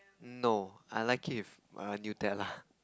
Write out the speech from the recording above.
no I like it with err Nutella